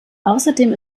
außerdem